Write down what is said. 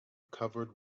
covered